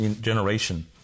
generation